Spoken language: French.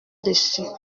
dessus